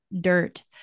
dirt